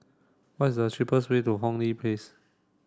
what is the cheapest way to Hong Lee Place